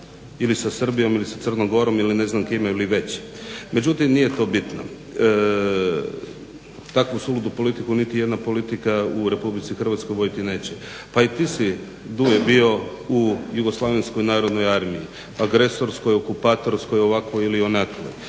ili sa Srbijom ili sa Crnom Gorom ili ne znam kime ili već. Međutim, nije to bitno. Takvu suludu politiku niti jedna politika u Republici Hrvatskoj voditi neće. Pa i ti si Duje bio u JNA, agresorskoj, okupatorskoj, ovakvoj ili onakvoj.